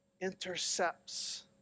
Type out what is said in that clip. intercepts